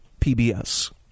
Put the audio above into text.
PBS